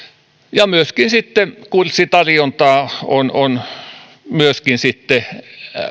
ja kurssitarjontaa on on myöskin sitten